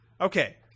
Okay